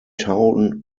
town